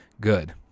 good